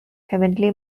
heavenly